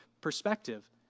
perspective